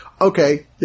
Okay